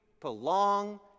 belong